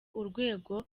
urwego